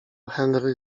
henry